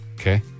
Okay